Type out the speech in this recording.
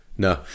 No